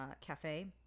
Cafe